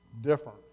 different